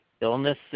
illness